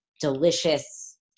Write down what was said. delicious